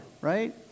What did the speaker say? right